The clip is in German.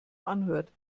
anhört